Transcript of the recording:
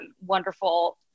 wonderful